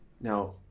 now